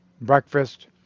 breakfast